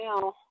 now